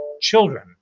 children